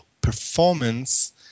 performance